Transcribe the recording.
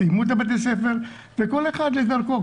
סיימו את הלימודים וכל אחד לדרכו.